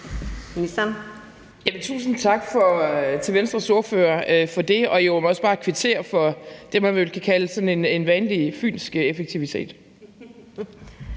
(fg.): Tak til Venstres ordfører for det. Jeg vil også bare kvittere for det, man vel kan kalde en vanlig fynsk effektivitet.